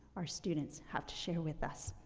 our students have to share with us.